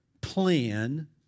plan